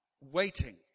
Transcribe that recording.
waiting